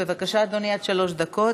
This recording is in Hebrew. בבקשה, אדוני, עד שלוש דקות.